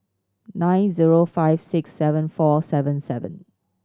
nine zero five six seven four seven seven